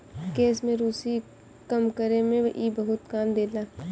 केश में रुसी कम करे में इ बहुते काम देला